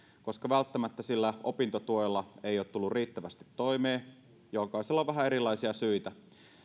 koska välttämättä sillä opintotuella ei ole tullut riittävästi toimeen jokaisella on vähän erilaisia syitä